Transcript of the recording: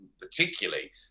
particularly